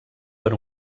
per